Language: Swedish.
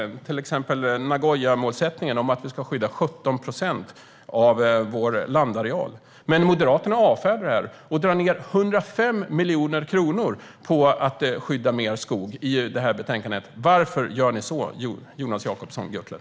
Det gäller till exempel Nagoyamålsättningen att vi ska skydda 17 procent av vår landareal. Men Moderaterna avfärdar detta och drar i betänkandet ned 105 miljoner kronor för att skydda mer skog. Varför gör ni så, Jonas Jacobsson Gjörtler?